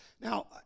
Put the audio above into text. now